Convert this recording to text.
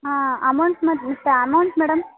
ಹಾಂ ಅಮೌಂಟ್ ಮತ್ತು ವಿತ್ತ ಅಮೌಂಟ್ ಮೇಡಮ್